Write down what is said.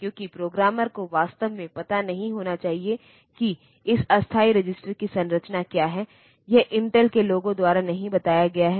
क्योंकि प्रोग्रामर को वास्तव में पता नहीं होना चाहिए की इस अस्थायी रजिस्टर की संरचना क्या है यह इंटेल के लोगों द्वारा नहीं बताया गया है